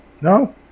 No